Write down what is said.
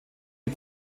die